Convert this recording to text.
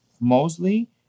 Mostly